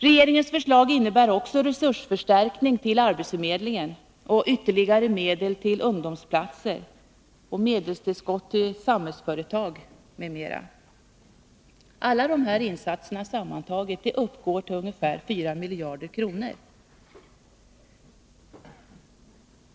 Regeringens förslag innebär resursförstärkning till arbetsförmedlingen, ytterligare medel till ungdomsplatser, medelstillskott till samhällsföretag m.m. Alla dessa insatser kostar sammanlagt ungefär 4 miljarder kronor.